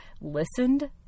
listened